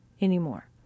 anymore